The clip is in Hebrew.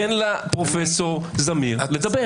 תן לפרופ' זמיר לדבר.